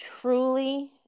truly